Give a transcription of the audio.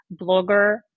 blogger